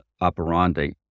operandi